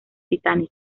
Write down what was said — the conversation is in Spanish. titanic